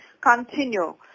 continue